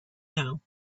know